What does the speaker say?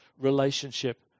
relationship